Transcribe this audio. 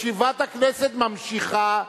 ישיבת הכנסת ממשיכה,